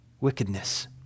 wickedness